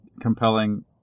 compelling